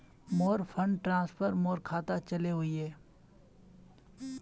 मोर fund transfer मोर खातात चले वहिये